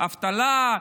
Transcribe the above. אבטלה,